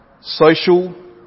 social